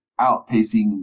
outpacing